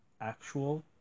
actual